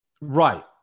Right